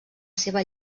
seva